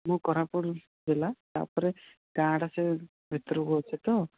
ମୁଁ କୋରାପୁଟ୍ ଜିଲ୍ଲା ତାପରେ ଗାଁ ର ସେ ଭିତରକୁ ଅଛି ତ